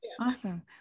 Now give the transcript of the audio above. Awesome